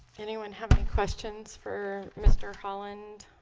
anyone have any questions for mr. holland